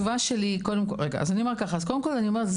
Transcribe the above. קודם כל אני אומרת,